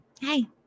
Hey